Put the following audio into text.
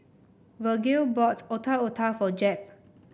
Virgil bought Otak Otak for Jeb